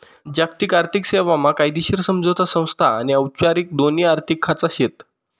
जागतिक आर्थिक सेवा मा कायदेशीर समझोता संस्था आनी औपचारिक दोन्ही आर्थिक खाचा शेत